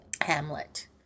Hamlet